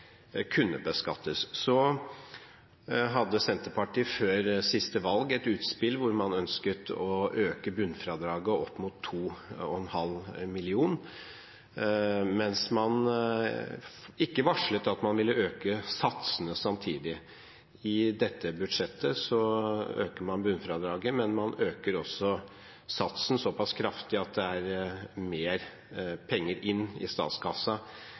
kunne beskattes. Så hadde Senterpartiet før siste valg et utspill hvor man ønsket å øke bunnfradraget opp mot 2,5 mill. kr, mens man ikke varslet at man ville øke satsene samtidig. I dette budsjettet øker man bunnfradraget, men man øker også satsen såpass kraftig at det er mer penger inn i